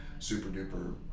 super-duper